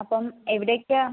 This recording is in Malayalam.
അപ്പോൾ എവിടെക്കാ